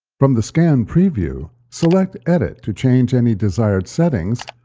from the scan preview, select edit to change any desired settings,